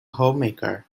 homemaker